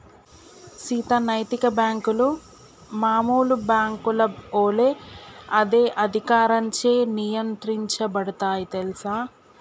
సీత నైతిక బాంకులు మామూలు బాంకుల ఒలే అదే అధికారంచే నియంత్రించబడుతాయి తెల్సా